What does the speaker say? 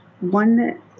one